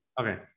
Okay